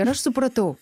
ir aš supratau